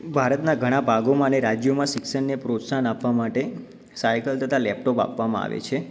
ભારતના ઘણા ભાગોમાં અને રાજ્યોમાં શિક્ષણને પ્રોત્સાહન આપવા માટે સાઇકલ તથા લૅપટૉપ આપવામાં આવે છે